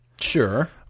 Sure